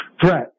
threat